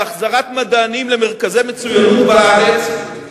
בהחזרת מדענים למרכזי מצוינות בארץ.